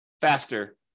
faster